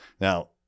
Now